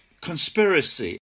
conspiracy